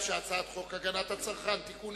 את הצעת חוק הגנת הצרכן (תיקון,